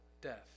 death